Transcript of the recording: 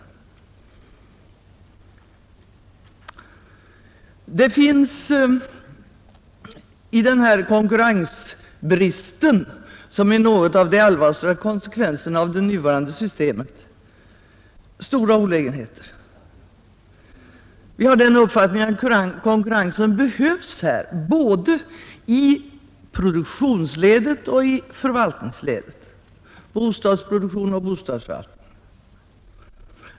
Det finns i denna konkurrensbrist, som tillhör de allvarligaste konsekvenserna av det nuvarande systemet, stora olägenheter. Vi har den uppfattningen att konkurrensen behövs här både i produktionsledet och i förvaltningsledet, i fråga om bostadsproduktion och bostadsförvaltning.